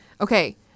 Okay